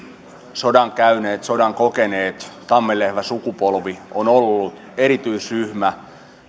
sodan käyneet sodan kokeneet tammenlehväsukupolvi on ollut erityisryhmä